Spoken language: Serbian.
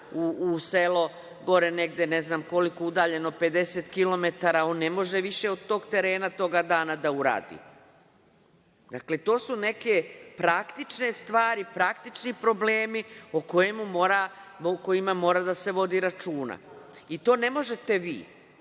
u selo gore negde, ne znam koliko udaljeno, 50km, on ne može više od tog terena tog dana da uradi. Dakle, to su neke praktične stvari, praktični problemi o kojima mora da se vodi računa. To ne možete vi.